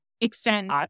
extend